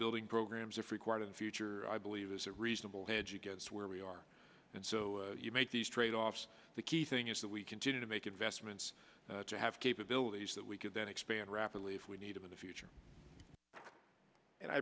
building programs if required in the future i believe is a reasonable hedge against where we are and so you make these trade offs the key thing is that we continue to make investments to have capabilities that we could then expand rapidly if we needed in the future and i